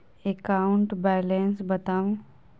account balance बताउ